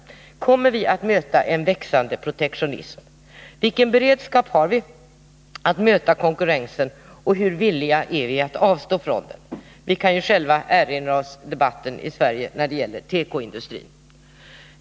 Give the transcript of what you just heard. Kommer vi att möta en växande protektionism? Vilken beredskap har vi att möta konkurrensen, och hur villiga är vi att avstå från den? Vi kan ju själva erinra oss debatten i Sverige när det gäller tekoindustrin.